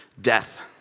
death